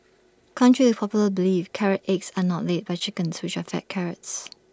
contrary to popular belief carrot eggs are not laid by chickens which are fed carrots